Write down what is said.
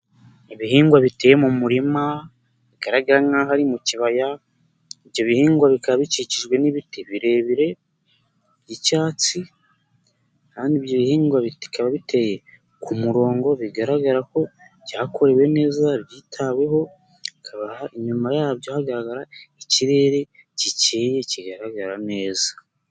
Ibihingwa biteye mu murima, bigaragarara nk'aho ari mu kibaya, ibyo bihingwa bikaba bikikijwe n'ibiti birebire by'icyatsi kandi ibyo bihingwa bikaba biteye ku murongo, bigaragara ko byakorewe neza byitaweho, bikaba inyuma yabyo hagaragara ikirere gikeye kigaragara neza.